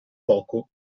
poco